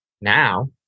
now